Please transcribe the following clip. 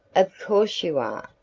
of course you are,